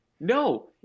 No